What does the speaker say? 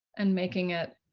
and making it.